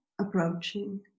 approaching